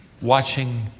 watching